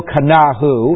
Kanahu